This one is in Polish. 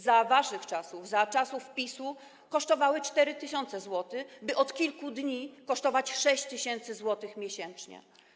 Za waszych czasów, za czasów PiS-u, kosztowały 4 tys. zł, by od kilku dni kosztować 6 tys. zł miesięcznie.